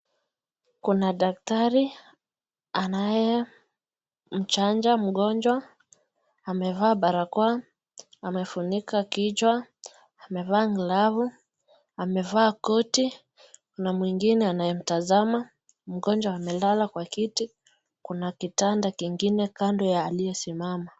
Kuna daktari anayemchanja mgonjwa. Amevaa barakoa, amefunika kichwa, amevaa glavu, amevaa koti na mwingine anayemtazama. Mgonjwa amelala kwa kiti kuna kitanda kingine kando ya aliyesimama.